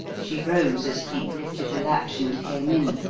she rose as cleek lifted the latch and came in,